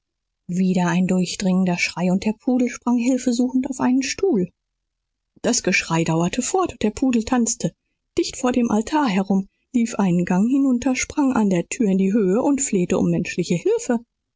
wieder ein durchdringender schrei und der pudel sprang hilfesuchend auf einen stuhl das geschrei dauerte fort und der pudel tanzte dicht vor dem altar herum lief einen gang hinunter sprang an der tür in die höhe und flehte um menschliche hilfe